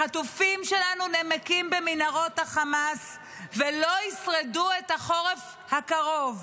החטופים שלנו נמקים במנהרות חמאס ולא ישרדו את החורף הקרוב.